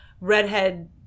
Redhead